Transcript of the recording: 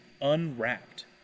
unwrapped